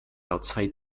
outside